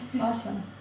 awesome